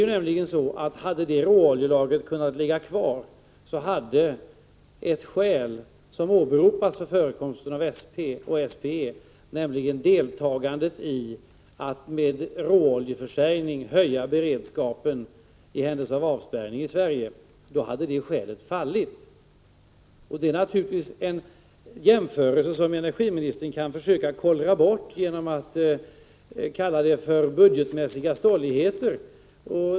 Hade detta råoljelager kunnat ligga kvar hade ett skäl som åberopas för förekomsten av SP och SPE, nämligen att genom deltagande i råoljeförsäljning höja beredskapen i händelse av avspärrning i Sverige, fallit. Det är naturligtvis en jämförelse som energiministern kan försöka kollra bort genom att kalla det för budgetmässiga stolligheter.